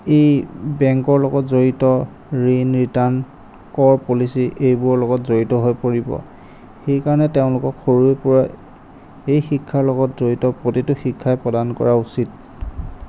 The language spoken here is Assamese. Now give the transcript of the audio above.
এই বেংকৰ লগত জড়িত ঋণ ৰিটাৰ্ণ কৰ পলিচি এইবোৰৰ লগত জড়িত হৈ পৰিব সেইকাৰণে তেওঁলোকক সৰুৰে পৰাই এই শিক্ষাৰ লগত জড়িত প্ৰতিটো শিক্ষাই প্ৰদান কৰা উচিত